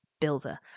Builder